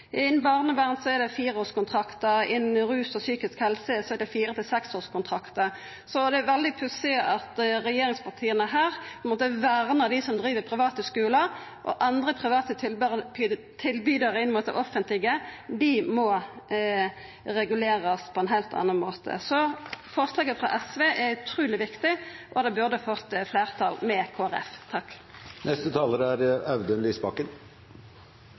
er det fireårskontraktar, og innanfor rus og psykisk helse er det fire–seksårskontraktar, så det er veldig pussig at regjeringspartia her vernar dei som driv private skular, medan andre private tilbydarar innanfor det offentlege må regulerast på ein heilt annan måte. Så forslaget til SV er utruleg viktig, og det burde fått fleirtal med